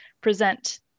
present